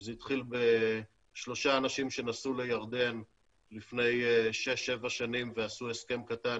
זה התחיל בשלושה אנשים שנסעו לירדן לפני שש-שבע שנים ועשו הסכם קטן